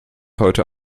heute